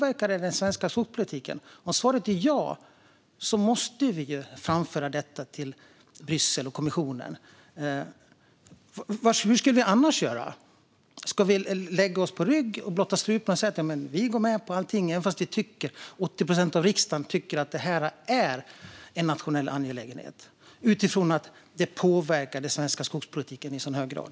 Om svaret är ja måste vi framföra detta till Bryssel och kommissionen. Hur skulle vi annars göra? Ska vi lägga oss på rygg och blotta strupen och säga att vi går med på allting, fast 80 procent av riksdagen tycker att detta är en nationell angelägenhet eftersom den svenska skogspolitiken påverkas i så hög grad?